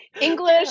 english